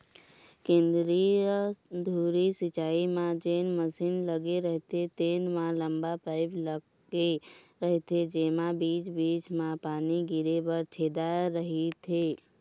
केंद्रीय धुरी सिंचई म जेन मसीन लगे रहिथे तेन म लंबा पाईप लगे रहिथे जेमा बीच बीच म पानी गिरे बर छेदा रहिथे